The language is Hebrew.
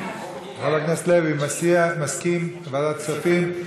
חבר הכנסת לוי, מסכים לוועדת כספים?